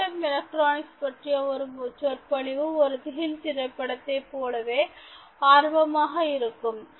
quantum electronics பற்றிய ஒரு சொற்பொழிவு ஒரு திகில் திரைப்படத்தைப் போலவே ஆர்வமாக இருக்கும்